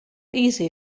easy